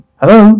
hello